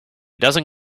dozen